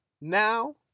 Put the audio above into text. now